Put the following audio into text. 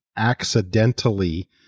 accidentally